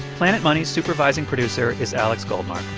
planet money's supervising producer is alex goldmark.